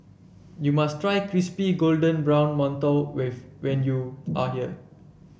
you must try Crispy Golden Brown Mantou when you are here